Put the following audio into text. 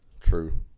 True